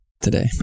today